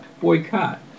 boycott